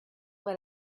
let